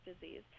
disease